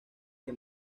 que